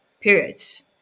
periods